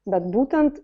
bet būtent